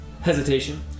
hesitation